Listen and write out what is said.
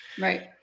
Right